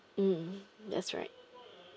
mm that's right